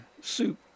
soup